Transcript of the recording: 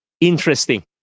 Interesting